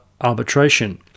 arbitration